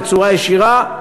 בצורה ישירה,